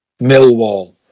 Millwall